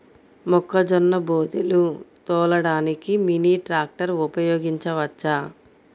మొక్కజొన్న బోదెలు తోలడానికి మినీ ట్రాక్టర్ ఉపయోగించవచ్చా?